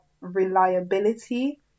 reliability